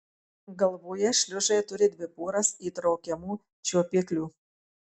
galvoje šliužai turi dvi poras įtraukiamų čiuopiklių